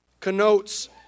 connotes